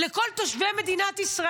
הוא החליט גם לכל תושבי מדינת ישראל.